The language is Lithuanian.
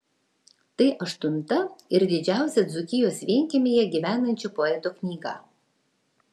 tai aštunta ir didžiausia dzūkijos vienkiemyje gyvenančio poeto knyga